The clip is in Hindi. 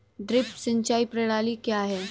ड्रिप सिंचाई प्रणाली क्या है?